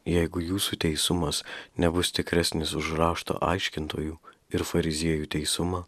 jeigu jūsų teisumas nebus tikresnis už rašto aiškintojų ir fariziejų teisumą